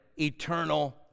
eternal